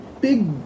big